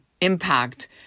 impact